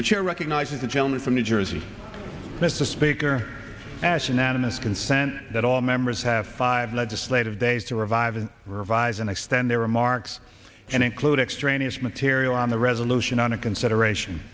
the chair recognizes the gentleman from new jersey mr speaker as unanimous consent that all members have five legislative days to revive and revise and extend their remarks and include extraneous material on the resolution on a consideration